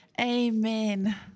amen